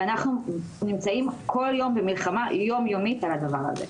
אנחנו נמצאים כל יום במלחמה יום-יומית על הדבר הזה.